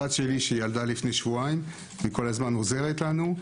הבת שלי שילדה לפני שבועיים וכל הזמן עוזרת לנו.